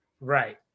Right